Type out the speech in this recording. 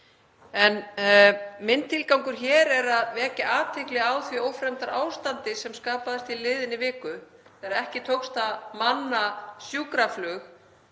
En minn tilgangur hér er að vekja athygli á því ófremdarástandi sem skapaðist í liðinni viku þegar ekki tókst að manna sjúkraflug